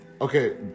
Okay